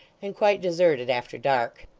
and quite deserted after dark.